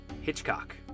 Hitchcock